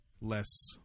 less